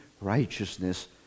righteousness